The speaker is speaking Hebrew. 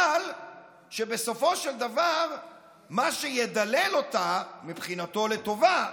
אבל בסופו של דבר מה שידלל אותה, מבחינתו לטובה,